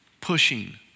pushing